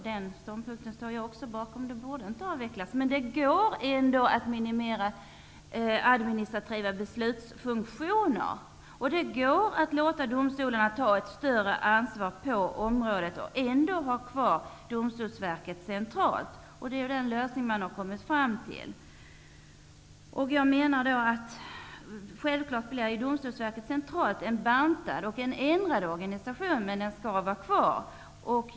Den ståndpunkten står jag också bakom, det borde inte avvecklas. Det går ändå att minimera administrativa beslutsfunktioner, och det går att låta domstolarna ta ett större ansvar på området och ändå ha kvar Domstolsverket centralt. Det är den lösning som man har kommit fram till. Jag menar att det är möjligt att behålla Domstolsverket centralt, med en bantad och ändrad organisation.